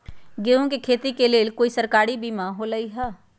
गेंहू के खेती के लेल कोइ सरकारी बीमा होईअ का?